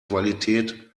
qualität